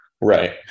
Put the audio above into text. Right